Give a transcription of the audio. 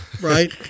right